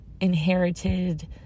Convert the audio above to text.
inherited